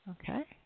Okay